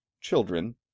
children